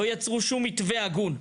לא יצרו שום מתווה הגון.